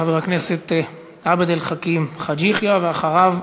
חבר הכנסת עבד אל חכים חאג' יחיא, ואחריו,